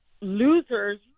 losers